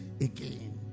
again